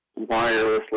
wirelessly